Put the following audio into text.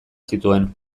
zituen